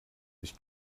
ich